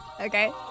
Okay